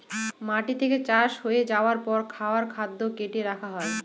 মাটি থেকে চাষ হয়ে যাবার পর খাবার খাদ্য কার্টে রাখা হয়